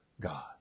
God